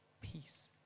peace